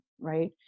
right